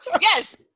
Yes